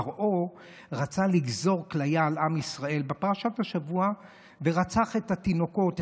פרעה רצה לגזור כליה על עם ישראל בפרשת השבוע ורצח את התינוקות.